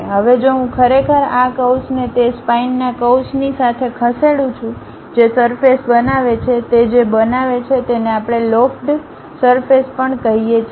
હવે જો હું ખરેખર આ કર્વ્સને તે સ્પાઈનના કર્વ્સની સાથે ખસેડું છું જે સરફેસ બનાવે છે તે જે બનાવે છે તેને આપણે લોફ્ટ્ડ સરફેસ પણ કહીએ છીએ